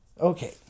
Okay